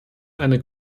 eine